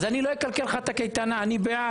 אז אני לא אקלקל לך את הקייטנה, אני בעד.